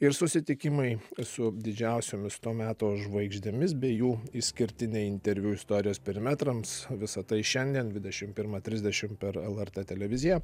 ir susitikimai su didžiausiomis to meto žvaigždėmis bei jų išskirtiniai interviu istorijos perimetrams visa tai šiandien dvidešim pirmą trisdešim per lrt televiziją